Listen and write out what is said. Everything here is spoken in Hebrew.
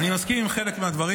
אני מסכים עם חלק מהדברים,